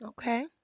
okay